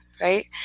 right